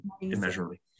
immeasurably